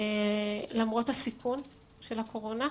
למרות הסיכון של הקורונה.